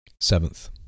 Seventh